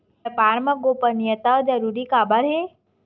व्यापार मा गोपनीयता जरूरी काबर हे?